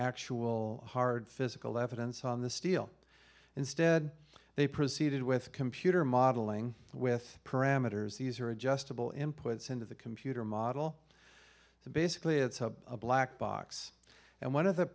actual hard physical evidence on the steel instead they proceeded with computer modeling with parameters these are adjustable inputs into the computer model so basically it's a black box and one of the